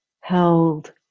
held